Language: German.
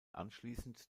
anschließend